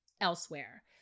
elsewhere